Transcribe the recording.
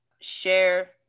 share